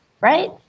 Right